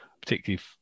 particularly